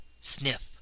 sniff